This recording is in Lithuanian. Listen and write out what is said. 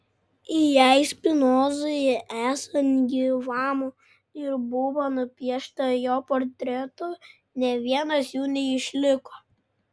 jei spinozai esant gyvam ir buvo nupiešta jo portretų nė vienas jų neišliko